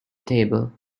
table